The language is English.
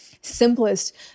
simplest